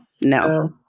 No